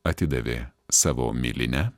atidavė savo milinę